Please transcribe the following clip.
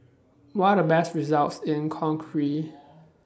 What Are The Best results in Conakry